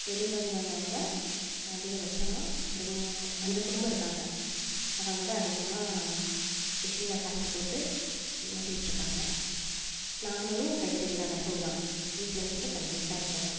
வெளியூர்லேருந்து வந்தவங்க அதிகபட்சமாக ஒரு மூ அஞ்சு குடும்பம் இருக்காங்க அவங்க தான் அதிகமாக மிஷின்ல கரண்ட் போட்டு ஓட்டிகிட்ருக்காங்க நாங்களுமே கைத்தறி தான் நெசவு தான் வீட்டிலருந்து பண்ணிக்கிட்டு தான் இருக்கோம்ணா